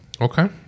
Okay